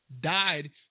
died